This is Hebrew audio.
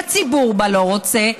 והציבור בה לא רוצה,